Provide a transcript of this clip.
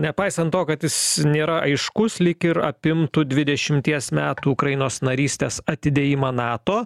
nepaisant to kad jis nėra aiškus lyg ir apimtų dvidešimties metų ukrainos narystės atidėjimą nato